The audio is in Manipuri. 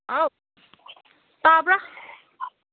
ꯑꯥꯎ ꯇꯥꯕ꯭ꯔꯥ